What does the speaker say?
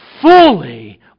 fully